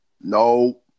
No